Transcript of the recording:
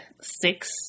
six